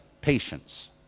patience